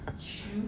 true